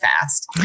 fast